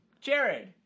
Jared